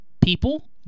people